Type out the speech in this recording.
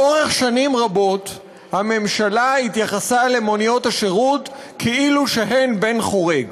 לאורך שנים רבות הממשלה התייחסה למוניות השירות כאילו שהן בן חורג,